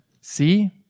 See